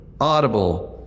Audible